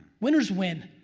winners win.